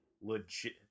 Legit